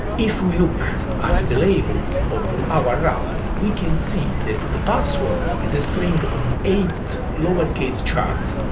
if we look at the label of our router, we can see that the the password is a string of eight lowercase chars,